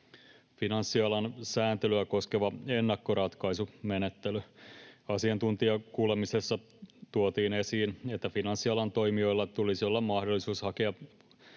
Finanssialan sääntelyä koskeva ennakkoratkaisumenettely: Asiantuntijakuulemisessa tuotiin esiin, että finanssialan toimijoilla tulisi olla mahdollisuus hakea